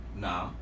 no